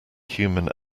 human